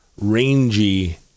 rangy